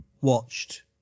watched